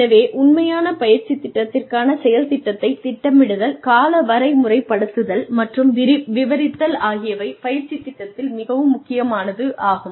எனவே உண்மையான பயிற்சி திட்டத்திற்கான செயல் திட்டத்தை திட்டமிடுதல் காலவரை முறைப்படுத்துதல் மற்றும் விவரித்தல் ஆகியவை பயிற்சி திட்டத்தில் மிகவும் முக்கியமானது ஆகும்